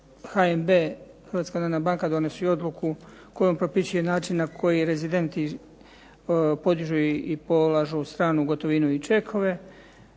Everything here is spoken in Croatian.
banka donosi odluku kojom propisuje način na koji rezidenti podižu i polažu stalnu gotovinu i čekove.